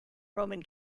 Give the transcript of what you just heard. roman